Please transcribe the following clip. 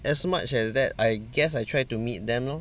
as much as that I guess I try to meet them lor